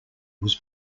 was